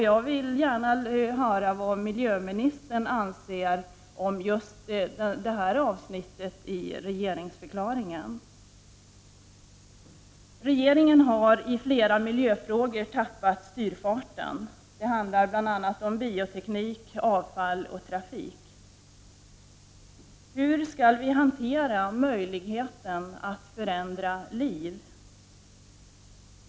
Jag vill gärna höra vad miljöministern anser om just detta avsnitt i regeringsförklaringen. Regeringen har i flera miljöfrågor tappat styrfarten. Det handlar bl.a. om bioteknik, avfall och trafik. Hur skall vi hantera möjligheten att förändra liv?